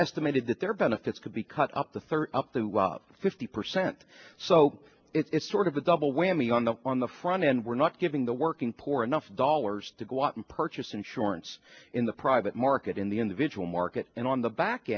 estimated that their benefits could be cut up the third up to fifty percent so it's sort of a double whammy on the on the front end we're not giving the working poor enough dollars to go out and purchase insurance in the private market in the individual market and on the back